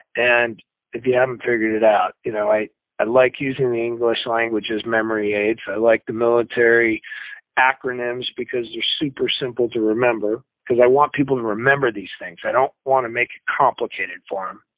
and if you haven't figured it out, you know i i like using the english language as memory aids, i like the military acronyms because they're super simple to remember, because i want people to remember these things, i don't want to make it complicated for them,